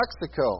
Mexico